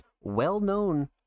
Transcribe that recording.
well-known